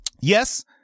Yes